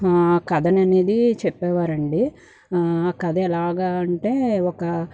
కథననేది చెప్పేవారండి కథ ఎలాగ అంటే ఒక